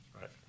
Right